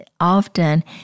often